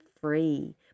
free